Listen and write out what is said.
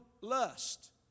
lust